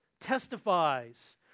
testifies